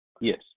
Yes